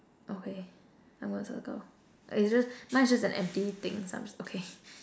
okay I'm gonna circle it's just mine's just an empty thing so I'm just okay